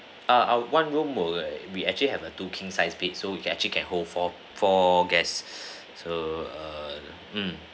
err one room where we we actually have a two king size bed so we actually can hold fo~ four guests so err mm